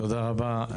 תודה רבה,